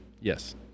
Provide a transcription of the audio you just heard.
yes